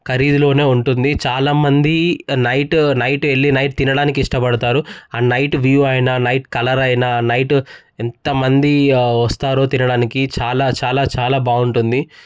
ఖరీదులోనే ఉంటుంది చాలా మంది నైట్ నైట్ వెళ్ళి నైట్ తినడానికి ఇష్టపడతారు ఆ నైట్ వ్యూ అయినా నైట్ కలర్ అయినా నైట్ ఎంత మంది వస్తారు తినడానికి చాలా చాలా చాలా బాగుంటుంది